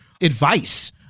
advice